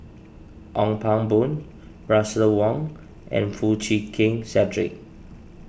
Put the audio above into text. Ong Pang Boon Russel Wong and Foo Chee Keng Cedric